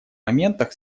моментах